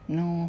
no